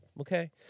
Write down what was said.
okay